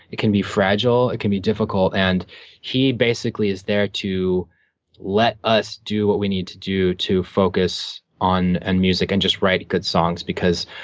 it can be fragile, it can be difficult, and he basically is there to let us do what we need to do to focus on and music and just write good songs. because,